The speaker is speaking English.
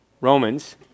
Romans